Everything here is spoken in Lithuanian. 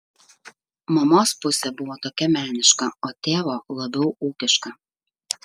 mamos pusė buvo tokia meniška o tėvo labiau ūkiška